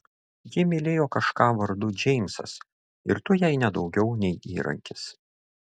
ji mylėjo kažką vardu džeimsas ir tu jai ne daugiau nei įrankis